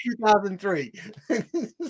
2003